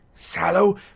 Sallow